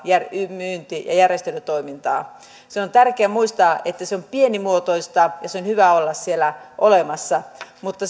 myynti ja ja järjestelytoimintaa se on tärkeää muistaa että se on pienimuotoista ja sen on hyvä olla siellä olemassa mutta